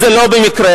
זה לא במקרה.